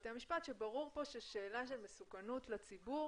בתי המשפט שברור ששאלה של מסוכנות לציבור